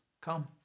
Come